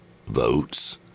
votes